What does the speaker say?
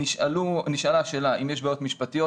נשאלה שאלה אם יש בעיות משפטיות.